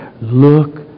look